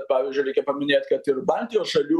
bet pavyzdžiui reikia paminėt kad ir baltijos šalių